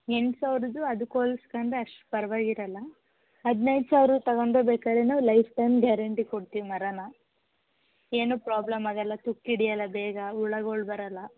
ಎಂಟು ಸಾವಿರದ್ದು ಅದಕ್ಕೆ ಹೋಲ್ಸ್ಕೊಂಡ್ರೆ ಅಷ್ಟು ಪರವಾಗಿರಲ್ಲ ಹದಿನೈದು ಸಾವಿರದ್ದು ತಗಂಡೋಗ್ಬೇಕಾರೆ ನಾವು ಲೈಫ್ ಟೈಮ್ ಗ್ಯಾರಂಟಿ ಕೊಡ್ತೀವಿ ಮರಾನ ಏನೂ ಪ್ರಾಬ್ಲಮ್ ಆಗೋಲ್ಲ ತುಕ್ಕು ಹಿಡಿಯಲ್ಲ ಬೇಗ ಹುಳಗಳು ಬರೋಲ್ಲ